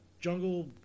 Jungle